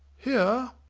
here!